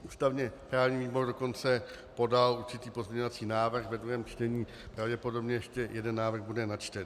Ústavněprávní výbor dokonce podal určitý pozměňovací návrh ve druhém čtení, pravděpodobně ještě jeden návrh bude načten.